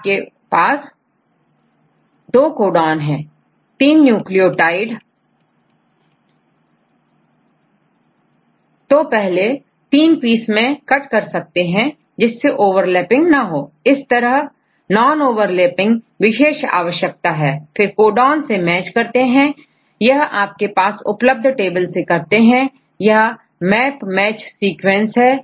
आपके पास 2 codon है तीन न्यूक्लियोटाइड तो इन्हें पहले तीन पीस में कट करते हैं जिससे ओवरलैपिंग ना हो इस तरह non overlapping विशेष आवश्यकता है फिर से को डॉन से मैच करते हैं यह आपके पास उपलब्ध टेबल से करते हैं यह मैप मैच सीक्वेंस है